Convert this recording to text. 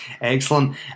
Excellent